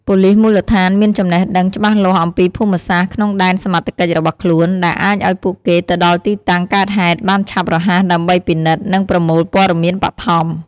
ប៉ូលិសមូលដ្ឋានមានចំណេះដឹងច្បាស់លាស់អំពីភូមិសាស្ត្រក្នុងដែនសមត្ថកិច្ចរបស់ខ្លួន ដែលអាចឲ្យពួកគេទៅដល់ទីតាំងកើតហេតុបានឆាប់រហ័សដើម្បីពិនិត្យ និងប្រមូលព័ត៌មានបឋម។